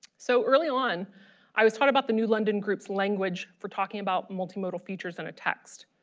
so early on i was taught about the new london groups language for talking about multimodal features in a text.